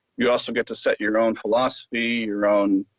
you also get to set your own philosophy your own